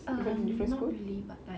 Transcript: uh not really but like